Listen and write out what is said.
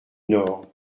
nord